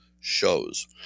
shows